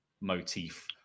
motif